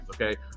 okay